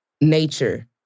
nature